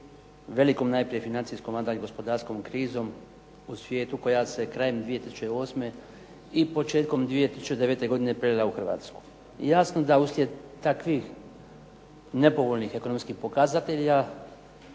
velikom najprije financijskom onda i gospodarskom krizom u svijetu koja se krajem 2008. i početkom 2009. godine prelila u Hrvatsku. Jasno da uslijed takvih nepovoljnih ekonomskih pokazatelja,